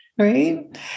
Right